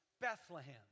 Bethlehem